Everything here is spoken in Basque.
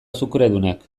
azukredunak